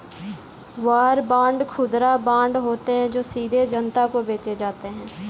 war bond खुदरा bond होते हैं जो सीधे जनता को बेचे जाते हैं